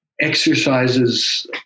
exercises